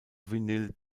vinyl